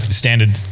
standard